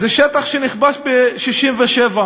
זה שטח שנכבש ב-1967,